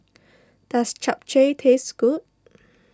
does Chap Chai taste good